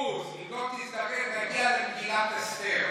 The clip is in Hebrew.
הרב פינדרוס, אם לא תזדרז, נגיע למגילת אסתר.